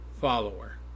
follower